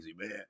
man